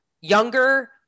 younger